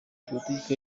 politiki